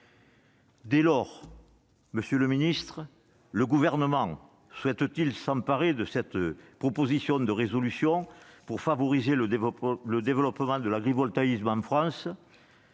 Dès lors, monsieur le ministre, le Gouvernement souhaite-t-il s'emparer de cette proposition de résolution pour favoriser le développement de l'agrivoltaïsme en France ?